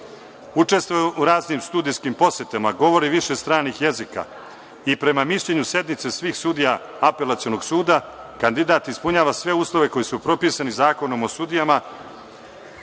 Učestvovao je u raznim sudijskim posetama, govori više stranih jezika i prema mišljenju sednice svih sudija Apelacijonog suda, kandidat ispunjava sve uslove koji su propisani Zakonom o sudijama